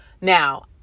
Now